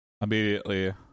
immediately